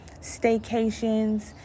staycations